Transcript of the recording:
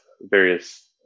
various